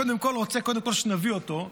קודם כול רוצה שנביא אותו,